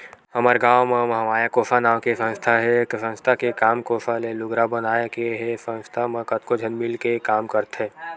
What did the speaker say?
हमर गाँव म महामाया कोसा नांव के संस्था हे संस्था के काम कोसा ले लुगरा बनाए के हे संस्था म कतको झन मिलके के काम करथे